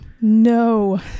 no